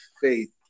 faith